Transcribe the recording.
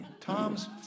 Tom's